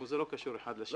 זה לא קשור אחד לשני.